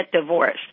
divorced